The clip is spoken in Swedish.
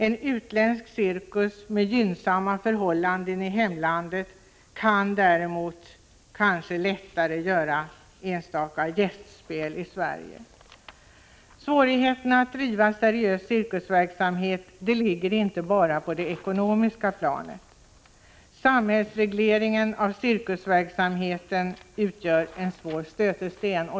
En utländsk cirkus med gynnsamma förhållanden i hemlandet kan däremot kanske lättare göra enstaka gästspel i Sverige. Svårigheten att driva seriös cirkusverksamhet ligger inte bara på det ekonomiska planet. Samhällsregleringen av cirkusverksamheten utgör en svår stötesten.